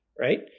right